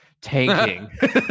tanking